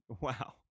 Wow